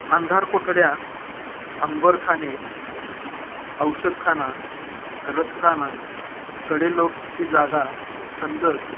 अंधार कोठड्या अंबारखाने औषधखाना रथखाना कडेलोटची जागा खंदक